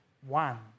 one